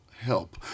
help